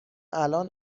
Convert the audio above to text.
الان